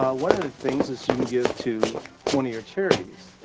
ah one of the things is you can give to one of your charities,